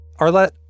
Arlette